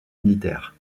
militaires